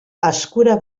azkura